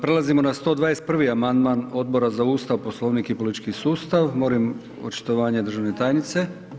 Prelazimo na 121. amandman Odbora za ustav, poslovnik i politički sustav, molim očitovanje državne tajnice.